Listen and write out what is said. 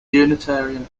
unitarian